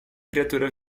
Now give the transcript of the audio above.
criatura